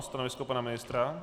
Stanovisko pana ministra?